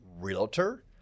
Realtor